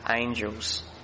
angels